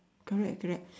correct correct